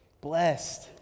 Blessed